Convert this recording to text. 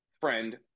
friend